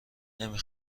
نمی